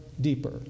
deeper